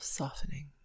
softening